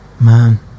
Man